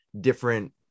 different